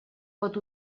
pot